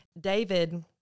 David